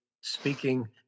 speaking